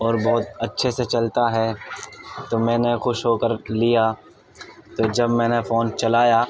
اور بہت اچھے سے چلتا ہے تو میں نے خوش ہو کر لیا تو جب میں نے فون چلایا